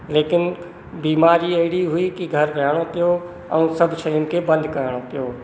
लेकिन बीमारी अहिड़ी हुई की घर वेहिणो पियो ऐं सभु शयुनि खे बंदि करिणो पियो